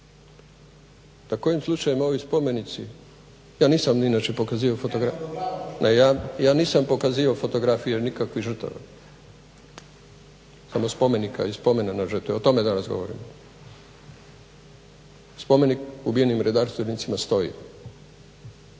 da kojim slučajem ovi spomenici ja inače nisam pokazivao fotografije nikakvih žrtava samo spomenika i spomena na žrtve o tome danas govorim. Spomenik ubijenim redarstvenicima stoji,